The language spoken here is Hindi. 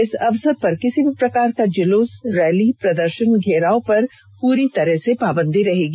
इस अवसर पर किसी भी प्रकार का जुलूस रैलीप्रदर्शन घेराव पर पूरी तरह से पाबंदी रहेगी